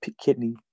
kidney